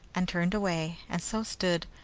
and turned away and so stood,